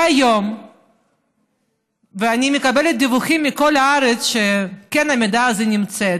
אני מקבלת דיווחים מכל הארץ שאכן המידע הזה נמצא,